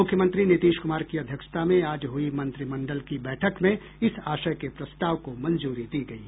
मुख्यमंत्री नीतीश कुमार की अध्यक्षता में आज हुई मंत्रिमंडल की बैठक में इस आशय के प्रस्ताव को मंजूरी दी गयी